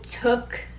took